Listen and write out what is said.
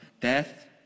death